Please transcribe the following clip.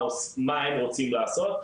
מה הם רוצים לעשות,